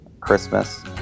christmas